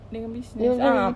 dengan business ah